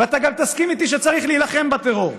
ואתה גם תסכים איתי שצריך להילחם בטרור.